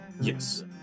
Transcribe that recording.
Yes